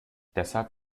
deshalb